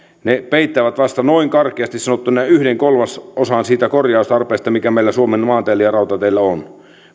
peittävät karkeasti sanottuna vasta noin yhden kolmasosan siitä korjaustarpeesta mikä meillä suomen maanteillä ja rautateillä on